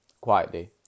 quietly